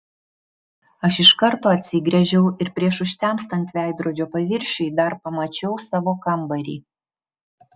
aš iš karto atsigręžiau ir prieš užtemstant veidrodžio paviršiui dar pamačiau savo kambarį